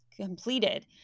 completed